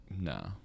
No